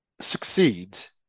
succeeds